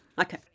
Okay